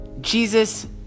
Jesus